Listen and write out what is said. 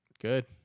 Good